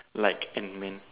like Ant-man